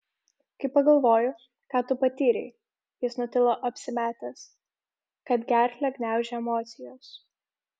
kai pagalvoju ką tu patyrei jis nutilo apsimetęs kad gerklę gniaužia emocijos